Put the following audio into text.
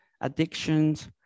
addictions